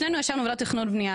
שנינו ישבנו בוועדות תכנון ובנייה,